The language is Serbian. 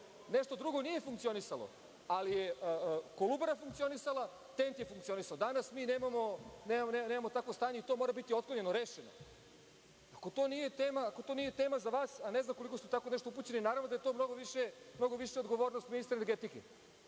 Nešto drugo nije funkcionisalo, ali je Kolubara funkcionisala, TENT je funkcionisao. Danas mi nemamo takvo stanje, i to mora biti otklonjeno, rešeno. Ako to nije tema za vas, ne znam koliko ste u tako nešto upućeni, naravno da je to mnogo više odgovornost ministra energetike,